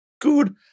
good